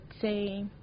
say